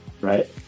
right